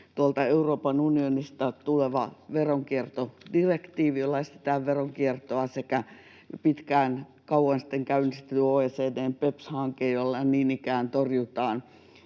Euroopan unionista tuleva veronkiertodirektiivi, jolla estetään veronkiertoa, sekä kauan sitten käynnistetty OECD:n BEPS-hanke, jolla niin ikään torjutaan